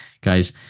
Guys